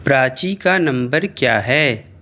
پراچی کا نمبر کیا ہے